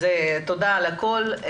אז תודה על הכל.